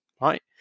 right